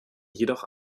jedoch